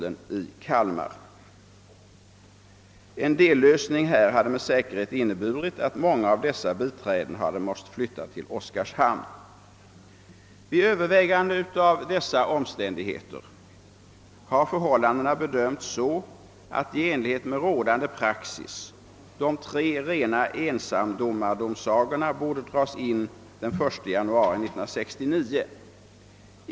En dellösning hade med säkerhet inneburit att Vid övervägande av dessa omständigheter har förhållandena bedömts så, att i enlighet med rådande praxis de tre rena ensamdomarsagorna borde dras in den 1 januari 1969.